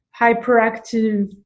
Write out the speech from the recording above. hyperactive